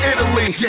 Italy